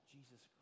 Jesus